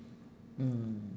mm